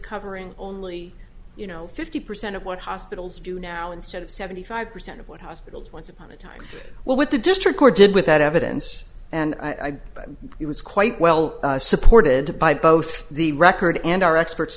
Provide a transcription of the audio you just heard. covering only you know fifty percent of what hospitals do now instead of seventy five percent of what hospitals once upon a time well what the district court did with that evidence and i thought it was quite well supported by both the record and our experts